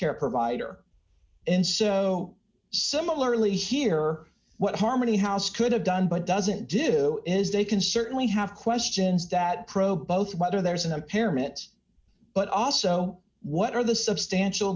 care provider in so similarly here what harmony house could have done but doesn't do is they can certainly have questions that probe both whether there's an impairment but also what are the substantial